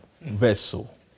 vessel